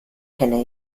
kenne